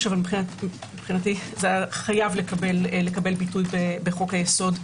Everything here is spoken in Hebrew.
אבל מבחינתי זה חייב היה לקבל ביטוי בחוקי יסוד.